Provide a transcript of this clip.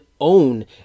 own